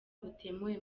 butemewe